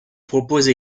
propose